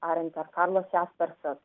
ar karlas jaspersas